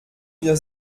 wir